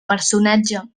personatge